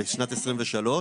לשנת 2023?